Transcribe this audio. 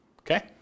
Okay